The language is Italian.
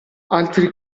altri